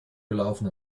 gelaufen